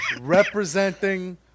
Representing